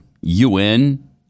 UN